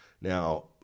Now